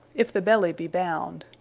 if the belly be bound.